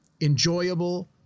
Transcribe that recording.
enjoyable